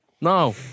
No